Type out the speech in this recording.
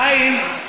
חיים,